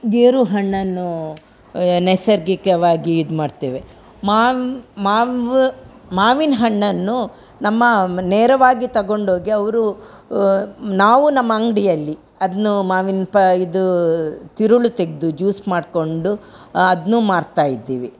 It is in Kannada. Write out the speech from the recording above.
ಗೇರು ಹಣ್ಣನ್ನು ನೈಸರ್ಗಿಕವಾಗಿ ಇದು ಮಾಡ್ತೇವೆ ಮಾವ್ ಮಾವು ಮಾವಿನ ಹಣ್ಣನ್ನು ನಮ್ಮ ನೇರವಾಗಿ ತೊಗೊಂಡೋಗಿ ಅವರು ನಾವು ನಮ್ಮ ಅಂಗಡಿಯಲ್ಲಿ ಅದನ್ನು ಮಾವಿನ ಪ ಇದು ತಿರುಳು ತೆಗೆದು ಜ್ಯೂಸ್ ಮಾಡಿಕೊಂಡು ಅದನ್ನೂ ಮಾರ್ತಾ ಇದ್ದೀವಿ